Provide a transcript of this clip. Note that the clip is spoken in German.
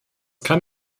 kann